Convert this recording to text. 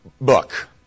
Book